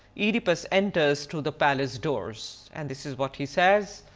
oedipus enters to the palace doors and this is what he says,